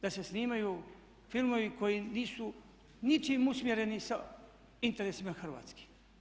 Da se snimaju filmovi koji nisu ničim usmjereni interesima Hrvatske.